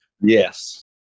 Yes